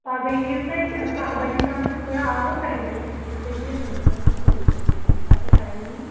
پگاہ یِیو تُہۍ کاہ بَجے تام چھِ أسۍ تھوڑا آوُر کَہہِ بَجہِ پَتہٕ ہیٚکِو تُہۍ یِتھ دۄہَس مَنز کُنہِ تہِ لَٹہِ ییٚمہِ ساتہٕ تۄہہِ ٹایِم یِیہِ